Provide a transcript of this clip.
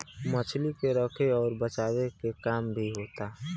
मछली के रखे अउर बचाए के काम भी होता